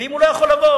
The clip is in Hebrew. ואם הוא לא יכול לבוא,